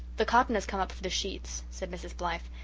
the cotton has come up for the sheets, said mrs. blythe.